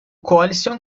koalisyon